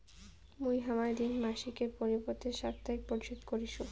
মুই হামার ঋণ মাসিকের পরিবর্তে সাপ্তাহিক পরিশোধ করিসু